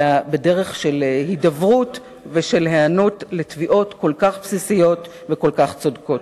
אלא בדרך של הידברות והיענות לתביעות כל כך בסיסיות וכל כך צודקות.